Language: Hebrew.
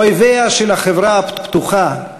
אויביה של החברה הפתוחה,